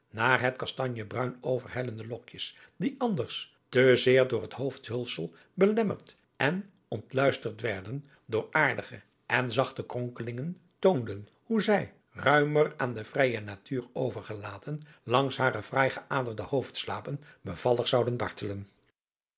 naar het kastanjebruin overhellende lokjes die anders te zeer door het hoofdhulsel belemmerd en ontluisterd werden door aardige en zachte kronkelingen toonden hoe zij ruimer aan de vrije natuur overgelaten langs hare fraai geaderde hoofdslapen bevallig zouden dartelen